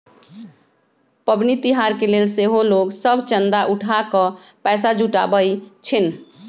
पबनि तिहार के लेल सेहो लोग सभ चंदा उठा कऽ पैसा जुटाबइ छिन्ह